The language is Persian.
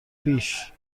پیش